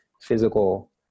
physical